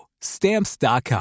Stamps.com